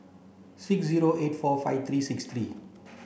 six zero eight four five three six three